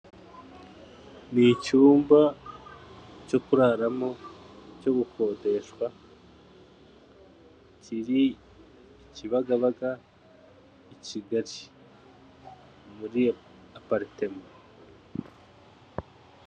Ni icyumba cyo kuraramo, cyo gukodeshwa kiri i Kibagabaga i Kigali muri aparitema.